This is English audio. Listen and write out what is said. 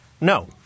No